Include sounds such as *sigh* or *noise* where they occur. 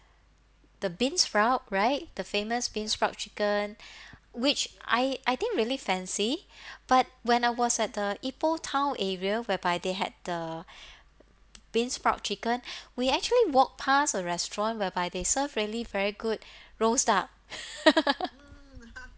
the beansprout right the famous beansprout chicken *breath* which I I didn't really fancy but when I was at the ipoh town area whereby they had the beansprout chicken we actually walked pass a restaurant whereby they serve really very good roast duck *laughs*